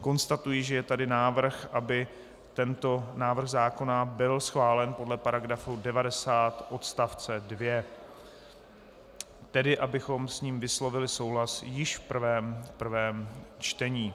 Konstatuji, že je tady návrh, aby tento návrh zákona byl schválen podle § 90 odst. 2, tedy abychom s ním vyslovili souhlas již v prvém čtení.